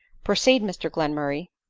pro ceed, mr glenmurray,